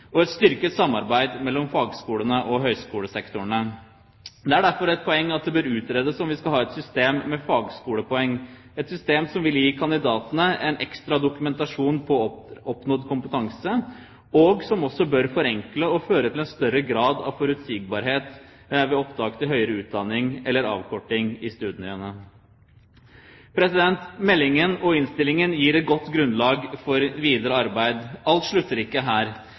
og et styrket samarbeid mellom fagskolene og høyskolesektorene. Det er derfor et poeng at det bør utredes om vi skal ha et system med fagskolepoeng, et system som vil gi kandidatene en ekstra dokumentasjon på oppnådd kompetanse, og som også bør forenkle og føre til en større grad av forutsigbarhet ved opptak til høyere utdanning eller avkorting av studiene. Meldingen og innstillingen gir et godt grunnlag for videre arbeid. Alt slutter ikke her.